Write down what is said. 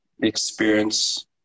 experience